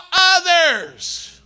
others